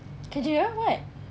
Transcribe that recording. kerja apa buat